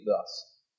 thus